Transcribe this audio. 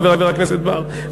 חבר הכנסת בר,